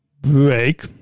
break